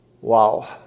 Wow